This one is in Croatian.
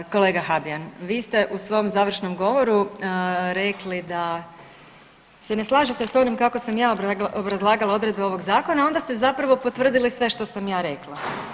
Kolega Habijan, vi ste u svom završnom govoru rekli da se ne slažete s onim kako sam ja obrazlagala odredbe ovog zakona, onda ste zapravo potvrdili sve što sam ja rekla.